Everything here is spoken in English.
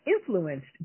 influenced